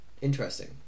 Interesting